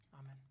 Amen